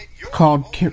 called